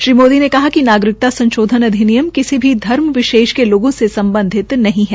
श्री मोदी ने कहा कि नागरिकता संशोधन अधिनियम किसी भी धर्म विशेष के लोगों से सम्बधित नहीं है